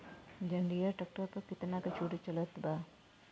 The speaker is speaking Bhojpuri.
जंडियर ट्रैक्टर पर कितना के छूट चलत बा?